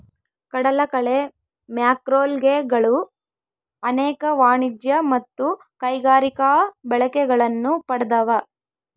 ಕಡಲಕಳೆ ಮ್ಯಾಕ್ರೋಲ್ಗೆಗಳು ಅನೇಕ ವಾಣಿಜ್ಯ ಮತ್ತು ಕೈಗಾರಿಕಾ ಬಳಕೆಗಳನ್ನು ಪಡ್ದವ